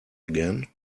again